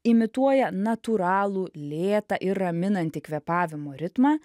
imituoja natūralų lėtą ir raminantį kvėpavimo ritmą